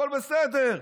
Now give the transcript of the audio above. הכול בסדר.